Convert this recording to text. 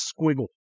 squiggle